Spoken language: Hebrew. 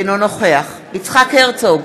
אינו נוכח יצחק הרצוג,